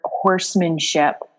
horsemanship